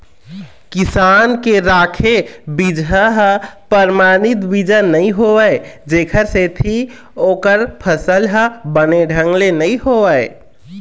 किसान के राखे बिजहा ह परमानित बीजा नइ होवय जेखर सेती ओखर फसल ह बने ढंग ले नइ होवय